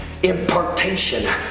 impartation